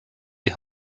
die